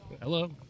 Hello